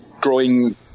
growing